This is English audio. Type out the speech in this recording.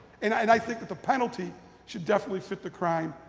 and i think that the penalty should definitely fit the crime.